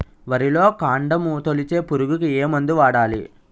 వరిలో కాండము తొలిచే పురుగుకు ఏ మందు వాడాలి?